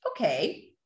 Okay